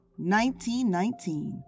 1919